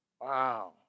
Wow